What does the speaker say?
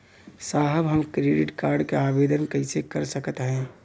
साहब हम credit card क आवेदन कइसे कर सकत हई?